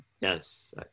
Yes